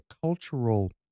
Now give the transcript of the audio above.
cultural